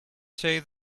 say